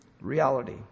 Reality